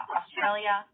Australia